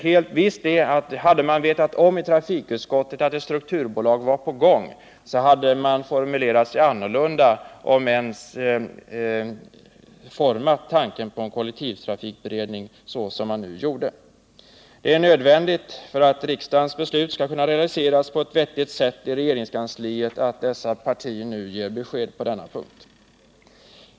Helt visst är, att hade man itrafikutskottet vetat om att ett strukturbolag var aktuellt, skulle man ha formulerat sig annorlunda - om ens uttryckt tanken på en kollektivtrafikberedning så som man nu gjorde. Det är nödvändigt för att riksdagens beslut skall kunna realiseras på ett vettigt sätt i regeringskansliet att dessa partier nu ger besked på denna punkt.